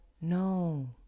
No